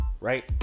Right